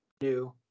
new